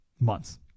months